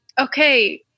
Okay